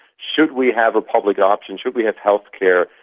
should we have a public option, should we have healthcare,